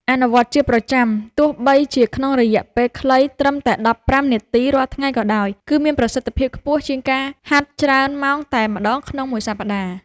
អនុវត្តជាប្រចាំទោះបីជាក្នុងរយៈពេលខ្លីត្រឹមតែដប់ប្រាំនាទីរាល់ថ្ងៃក៏ដោយ គឺមានប្រសិទ្ធភាពខ្ពស់ជាងការហាត់ច្រើនម៉ោងតែម្តងក្នុងមួយសប្តាហ៍។